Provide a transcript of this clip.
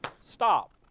stop